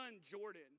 Jordan